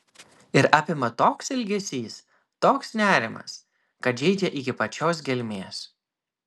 ir apima toks ilgesys toks nerimas kad žeidžia iki pačios gelmės